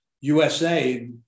USA